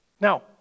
Now